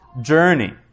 journey